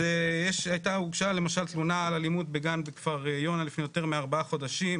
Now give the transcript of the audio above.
אז הוגשה למשל תלונה על אלימות בגן בכפר יונה לפני יותר מארבעה חודשים,